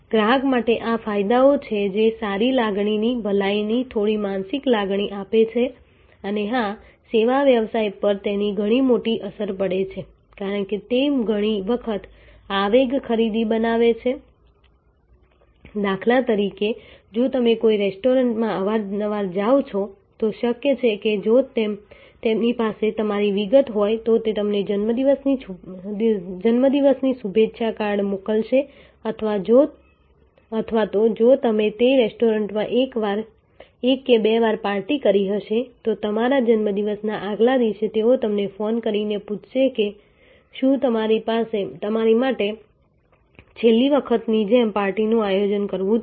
ગ્રાહક માટે આ ફાયદાઓ છે જે સારી લાગણીની ભલાઈની થોડી માનસિક લાગણી આપે છે અને હા સેવા વ્યવસાય પર તેની ઘણી મોટી અસર પડે છે કારણ કે તે ઘણી વખત આવેગ ખરીદી બનાવે છે દાખલા તરીકે જો તમે કોઈ રેસ્ટોરન્ટ માં અવારનવાર જાવ છો તો શક્ય છે કે જો તેમની પાસે તમારી વિગત હોય તો તમને જન્મદિવસની શુભેચ્છા કાર્ડ મોકલશે અથવા તો જો તમે તે રેસ્ટોરન્ટ માં એક કે બે વાર પાર્ટી કરી હશે તો તમારા જન્મદિવસના આગલા દિવસે તેઓ તમને ફોન કરીને પૂછશે કે શું તમારા માટે છેલ્લી વખત ની જેમ પાર્ટી નું આયોજન કરવું છે